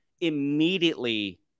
immediately